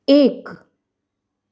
एक